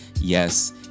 yes